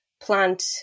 plant